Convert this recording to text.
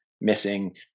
missing